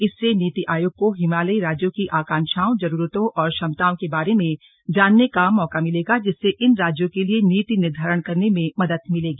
इससे नीति आयोग को हिमालयी राज्यों की आकांक्षाओं जरूरतों और क्षमताओं के बारे में जानने का मौका मिलेगा जिससे इन राज्यों के लिए नीति निर्धारण करने में मदद मिलेगी